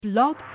Blog